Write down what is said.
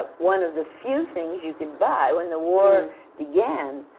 one of the few things you could buy when the war began.